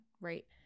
right